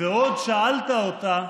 ועוד שאלת אותה: